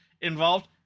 involved